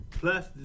Plus